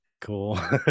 cool